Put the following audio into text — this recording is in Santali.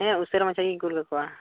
ᱦᱮᱸ ᱩᱥᱟᱹᱨᱟ ᱢᱟᱪᱷᱟ ᱜᱮᱧ ᱠᱩᱞᱟᱠᱟᱠᱚᱣᱟ